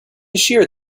shear